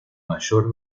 mayor